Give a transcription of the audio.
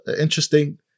interesting